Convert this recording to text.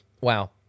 Wow